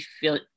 feel